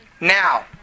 now